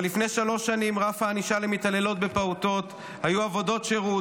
אבל לפני שלוש שנים רף הענישה למתעללות בפעוטות היה עבודות שירות,